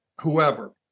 whoever